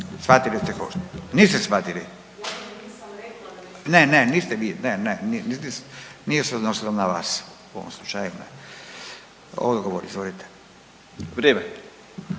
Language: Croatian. shvatili ste, niste shvatili? Ne, ne, niste vi, ne, ne, nije se odnosilo na vas u ovom slučaju. Odgovor izvolite.